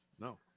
No